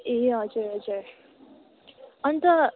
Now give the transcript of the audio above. ए हजुर हजुर अन्त